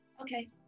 Okay